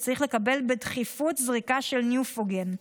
והוא צריך לקבל בדחיפות זריקה של ניופוגן,